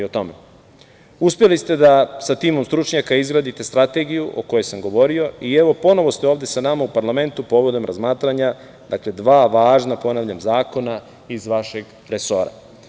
Uspeli ste da sa timom stručnjaka izgradite strategiju o kojoj sam govorio i evo ponovo ste ovde sa nama u parlamentu povodom razmatranja, ponavljam, dva važna zakona iz vašeg resora.